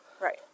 Right